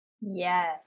yes